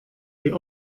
die